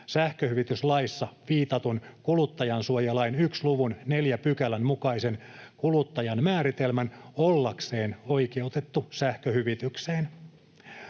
sähköhyvityslaissa viitatun kuluttajansuojalain 1 luvun 4 §:n mukaisen kuluttajan määritelmän ollakseen oikeutettu sähköhyvitykseen.